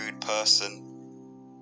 person